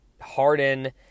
Harden